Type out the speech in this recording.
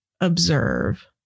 observe